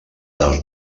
dels